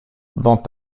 dans